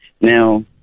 Now